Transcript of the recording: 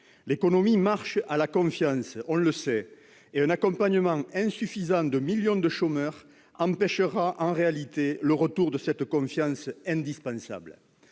l'économie marche à la confiance. Un accompagnement insuffisant de millions de chômeurs empêchera le retour de cette confiance indispensable.